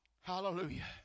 Hallelujah